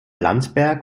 landsberg